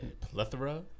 plethora